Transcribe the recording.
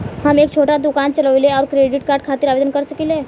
हम एक छोटा दुकान चलवइले और क्रेडिट कार्ड खातिर आवेदन कर सकिले?